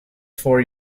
four